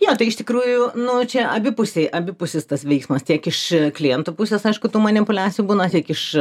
jo tai iš tikrųjų nu čia abipusiai abipusis tas veiksmas tiek iš klientų pusės aišku tų manipuliacijų būna tiek iš